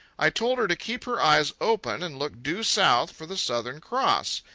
i told her to keep her eyes open and look due south for the southern cross.